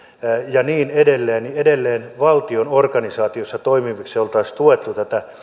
ja niin edelleen niin edelleen valtion organisaatiossa toimien ja oltaisiin tuettu